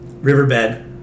riverbed